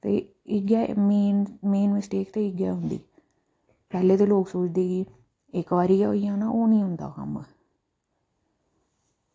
ते इयै main main mistake ते इयै होंदी पैह्लें ते लोक सोचदे कि इक बारी गै होई जाना ओह् निं होंदा कम्म